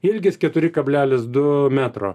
ilgis keturi kablelis du metro